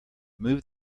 move